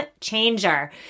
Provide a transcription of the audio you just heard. changer